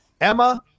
Emma